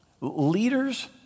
Leaders